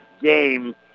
game